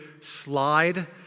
slide